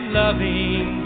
loving